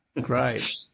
Great